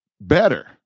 better